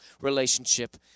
relationship